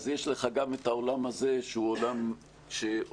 אבל אין ספק שהצעד הראשון הזה שנעשה מציב שוב